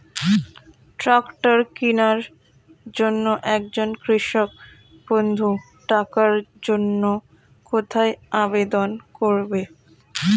Tractor কিনার জন্য একজন কৃষক বন্ধু টাকার জন্য কোথায় আবেদন করবে?